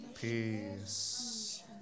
Peace